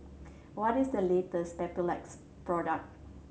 what is the latest Papulex product